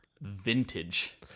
Vintage